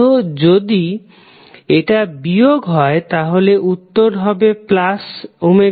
তো যদি এটা বিয়োগ হয় তাহলে উত্তর হবে ωt